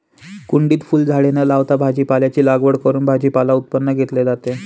कुंडीत फुलझाडे न लावता भाजीपाल्याची लागवड करून भाजीपाला उत्पादन घेतले जाते